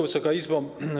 Wysoka Izbo!